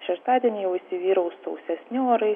šeštadienį jau įsivyraus sausesni orai